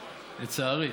לצערי.